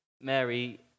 Mary